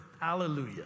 hallelujah